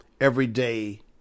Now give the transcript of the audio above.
everyday